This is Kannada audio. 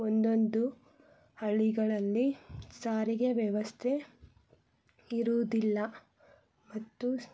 ಒಂದೊಂದು ಹಳ್ಳಿಗಳಲ್ಲಿ ಸಾರಿಗೆ ವ್ಯವಸ್ಥೆ ಇರುವುದಿಲ್ಲ ಮತ್ತು